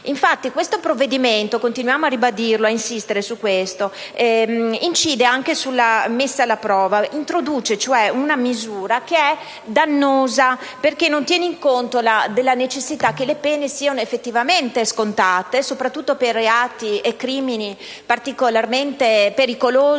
Lega Nord. Il provvedimento - continuiamo a ribadire e ad insistere su questo concetto - incide sulla messa in prova, in quanto introduce una misura che è dannosa perché non tiene conto della necessità che le pene siano effettivamente scontate, soprattutto per reati e crimini particolarmente pericolosi,